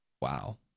Wow